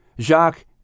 Jacques